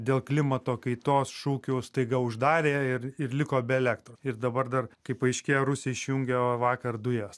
dėl klimato kaitos šūkių staiga uždarė ir ir liko be elektros ir dabar dar kaip paaiškėjo rusija išjungė vakar dujas